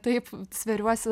taip sveriuosi